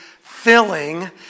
filling